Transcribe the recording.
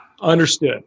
Understood